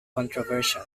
controversial